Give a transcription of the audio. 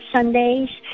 Sundays